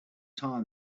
time